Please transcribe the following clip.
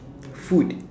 food